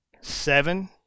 seven